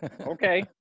okay